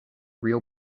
real